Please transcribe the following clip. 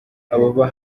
ababa